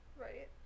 right